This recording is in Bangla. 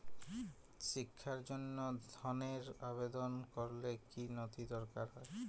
শিক্ষার জন্য ধনের আবেদন করলে কী নথি দরকার হয়?